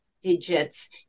digits